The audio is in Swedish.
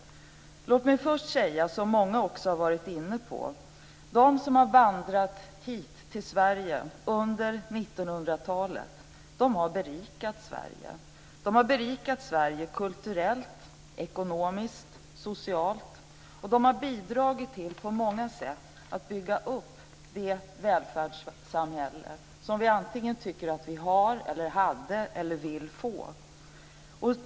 Låt mig först säga något som också många andra har varit inne på. De som har vandrat hit till Sverige under 1900-talet har berikat Sverige. De har berikat Sverige kulturellt, ekonomiskt och socialt. De har på många sätt bidragit till att bygga upp det välfärdssamhälle som vi antingen tycker att vi har, att vi hade eller att vi vill få.